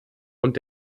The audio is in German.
und